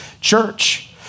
church